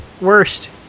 worst